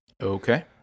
Okay